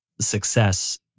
success